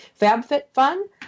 FabFitFun